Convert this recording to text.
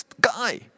Guy